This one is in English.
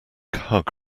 hug